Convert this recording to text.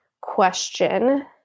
question